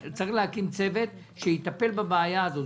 צריך להקים צוות שיטפל בבעיה הזאת.